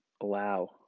Allow